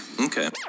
Okay